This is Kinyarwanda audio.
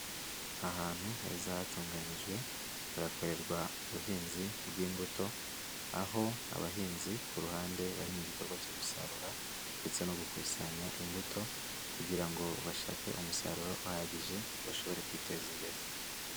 Ahantu heza hatunganyijwe, hagakorerwa ubuhinzi bw'imbuto, aho abahinzi ku ruhande bari mu gikorwa cyo gusarura ndetse no gukusanya imbuto kugira ngo bashake umusaruro uhagije, bashobore kwiteza imbere.